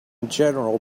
general